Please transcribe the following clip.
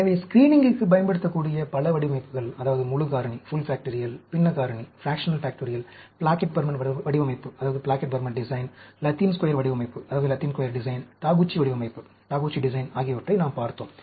எனவே ஸ்க்ரீனிங்கிற்குப் பயன்படுத்தக்கூடிய பல வடிவமைப்புகள் அதாவது முழு காரணி பின்ன காரணி பிளாக்கெட் பர்மன் வடிவமைப்பு லத்தீன் ஸ்கொயர் வடிவமைப்பு டாகுச்சி வடிவமைப்பு ஆகியவற்றை நாம் பார்த்தோம்